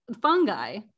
fungi